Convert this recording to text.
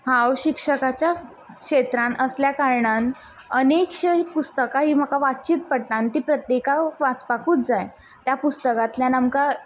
हांव शिक्षकाच्या क्षेत्रान आशिल्ल्या कारणान अनेकशीं पुस्तकां हीं म्हाका वाचचींच पडटात ती प्रत्येकाक वाचपाकूच जाय त्या पुस्तकांतल्यान आमकां